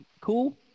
Cool